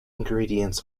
ingredients